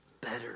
better